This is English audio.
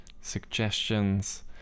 suggestions